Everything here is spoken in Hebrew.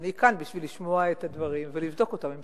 אני כאן בשביל לשמוע את הדברים ולבדוק אותם,